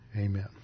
Amen